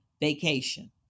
vacation